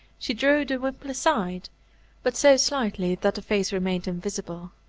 she drew the wimple aside but so slightly that the face remained invisible.